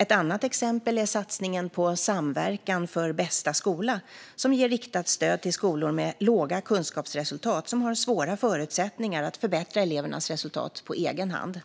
Ett annat exempel är satsningen på Samverkan för bästa skola, som ger riktat stöd till skolor med låga kunskapsresultat som har svåra förutsättningar att förbättra elevernas resultat på egen hand.